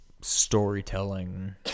storytelling